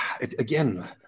again